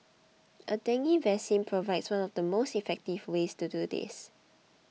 a dengue vaccine provides one of the most effective ways to do this